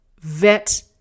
vet